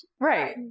Right